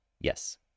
yes